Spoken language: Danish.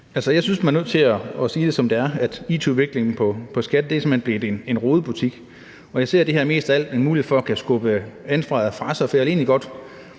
Jeg synes, man er nødt til at sige det, som det er: at it-udviklingen på skatteområdet simpelt hen er blevet en rodebutik, og jeg ser det her mest af alt som en mulighed for at skubbe ansvaret fra sig. For jeg vil egentlig godt